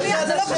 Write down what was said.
אם הוא מעיר,